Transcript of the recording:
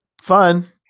fun